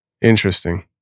interesting